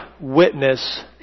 witness